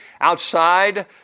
outside